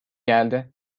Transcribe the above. geldi